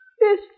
Yes